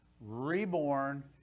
reborn